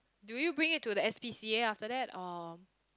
do you bring it to the S_P_C_A after that or